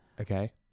okay